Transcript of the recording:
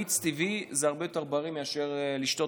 מיץ טבעי זה הרבה יותר בריא מאשר לשתות